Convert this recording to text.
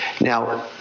Now